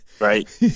Right